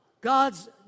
God's